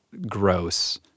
gross